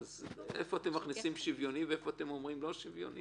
איפה אתם מכניסים שוויוני ואיפה אתם אומרים שזה לא שוויוני?